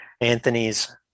Anthony's